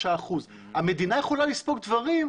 ברורים בכלכלה את נותנת לגוף פטור ממכרז להתקשר,